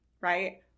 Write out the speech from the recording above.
Right